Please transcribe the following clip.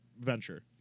venture